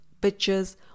pictures